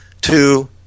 two